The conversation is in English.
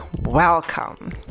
Welcome